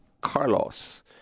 Carlos